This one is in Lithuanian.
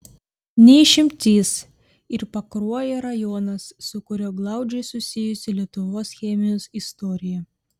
ne išimtis ir pakruojo rajonas su kuriuo glaudžiai susijusi lietuvos chemijos istorija